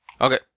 Okay